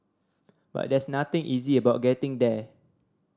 but there's nothing easy about getting there